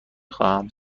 خواهم